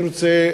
אני רוצה